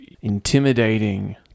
intimidating